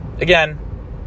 again